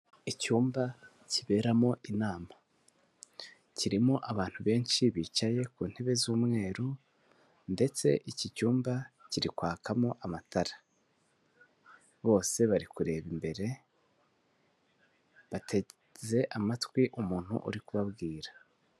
Icyumba kiberamo inama kirimo abantu benshi bicaye ku ntebe z'umweru ndetse iki cyumba kiri kwakamo amatara bose bari kureba imbere bateze amatwi umuntu uri kubabwira.